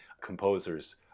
composers